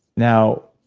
now,